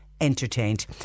entertained